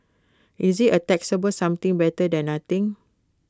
is IT A taxable something better than nothing